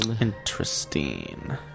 Interesting